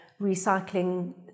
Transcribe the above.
recycling